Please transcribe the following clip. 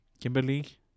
Kimberly